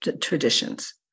traditions